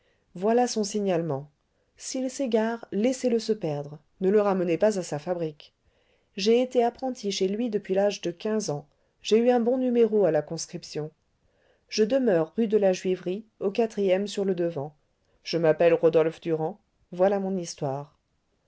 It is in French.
voilà son signalement s'il s'égare laissez-le se perdre ne le ramenez pas à sa fabrique j'ai été apprenti chez lui depuis l'âge de quinze ans j'ai eu un bon numéro à la conscription je demeure rue de la juiverie au quatrième sur le devant je m'appelle rodolphe durand voilà mon histoire